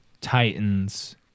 Titans